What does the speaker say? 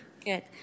Good